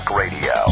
radio